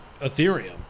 Ethereum